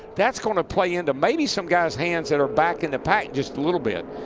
that's going to play into maybe some guys' hands that are back in the pack just a little bit.